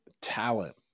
talent